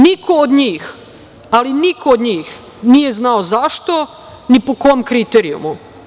Niko od njih, ali niko od njih nije znao zašto, ni po kom kriterijumu.